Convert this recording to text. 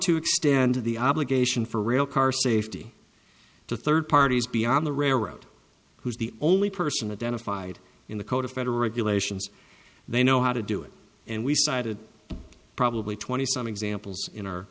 extend the obligation for rail car safety to third parties beyond the railroad who's the only person identified in the code of federal regulations they know how to do it and we cited probably twenty some examples in our